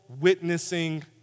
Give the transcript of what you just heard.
witnessing